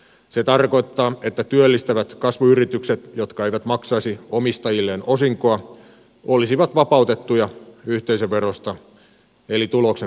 se tarkoittaa että työllistävät kasvuyritykset jotka eivät maksaisi omistajilleen osinkoa olisivat vapautettuja yhteisöverosta eli tuloksen verotuksesta